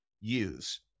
use